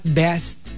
best